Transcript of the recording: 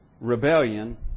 rebellion